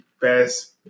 best